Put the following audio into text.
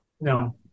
no